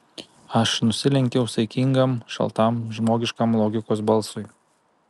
aš nusilenkiau saikingam šaltam žmogiškam logikos balsui